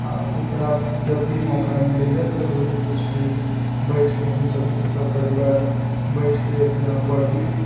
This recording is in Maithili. आ ओकरा जब भी मौका मिलेया तऽ रोज किछु देर बैठिके हम सभ सपरिवार बैठिके अपना पढ़ली